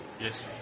Yes